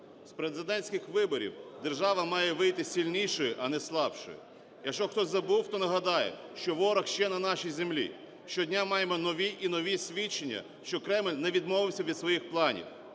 З президентських виборів держава має вийти сильнішою, а не слабшою. Якщо хтось забув, то нагадаю, що ворог ще на нашій землі, щодня маємо нові і нові свідчення, що Кремль не відмовився від своїх планів,